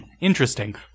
interesting